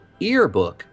Earbook